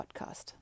podcast